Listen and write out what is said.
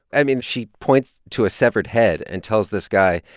i mean, she points to a severed head and tells this guy,